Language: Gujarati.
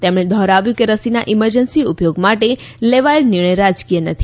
તેમણે દોહરાવ્યું હતું કે રસીના ઇમરજન્સી ઉપ યોગ માટે લેવાયેલ નિર્ણય રાજકીય નથી